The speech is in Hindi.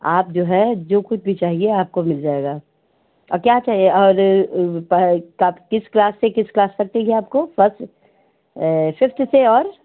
आप जो है जो कुछ भी चाहिए आपको मिल जाएगा और क्या चाहिए और प क किस क्लास से किस क्लास तक चाहिए आपको फस सिक्स से और